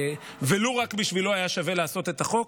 ולו רק בשבילו היה שווה לעשות את החוק,